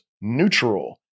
neutral